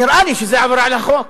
נראה לי שזו עבירה על החוק.